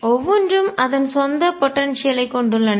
ஒவ்வொன்றும் அதன் சொந்த போடன்சியல் ஐ ஆற்றல் கொண்டுள்ளன